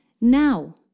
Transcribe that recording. now